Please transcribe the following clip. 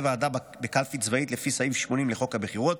ועדה בקלפי צבאית לפי סעיף 80 לחוק הבחירות.